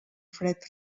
fred